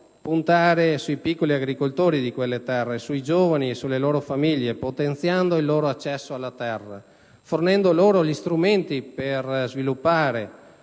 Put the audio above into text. puntare sui piccoli agricoltori di quelle terre, sui giovani e sulle loro famiglie, potenziando il loro accesso alla terra, fornendo loro gli strumenti per sviluppare